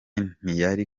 ntiyari